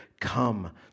come